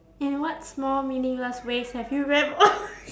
in what small meaningless ways have you reb~